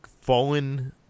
fallen